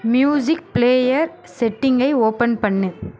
music player செட்டிங்கை open பண்ணு